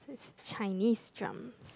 is Chinese drum